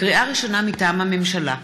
לקריאה ראשונה, מטעם הממשלה: